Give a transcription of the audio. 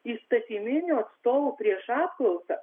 įstatyminio atstovo prieš apklausą